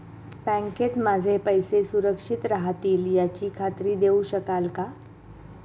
बँकेत माझे पैसे सुरक्षित राहतील याची खात्री देऊ शकाल का?